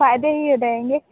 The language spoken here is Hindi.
फायदे ही हो जाएँगे